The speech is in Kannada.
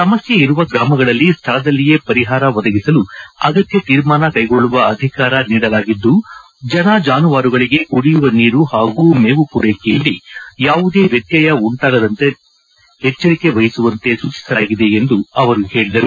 ಸಮಸ್ಕೆ ಇರುವ ಗ್ರಾಮಗಳಲ್ಲಿ ಸ್ಥಳದಲ್ಲಿಯೇ ಪರಿಹಾರ ಒದಗಿಸಲು ಅಗತ್ಯ ತೀರ್ಮಾನ ಕೈಗೊಳ್ಳುವ ಅಧಿಕಾರ ನೀಡಲಾಗಿದ್ದು ಜನ ಜಾನುವಾರುಗಳಿಗೆ ಕುಡಿಯುವ ನೀರು ಹಾಗೂ ಮೇವು ಪೂರೈಕೆಯಲ್ಲಿ ಯಾವುದೇ ವ್ಯತ್ಯಯ ಉಂಟಾಗದ ರೀತಿ ಎಚ್ಚರಿಕೆ ವಹಿಸುವಂತೆ ಸೂಚಿಸಲಾಗಿದೆ ಎಂದು ಅವರು ಹೇಳಿದರು